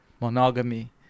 monogamy